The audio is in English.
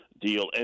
deal